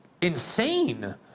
insane